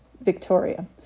Victoria